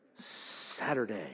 Saturday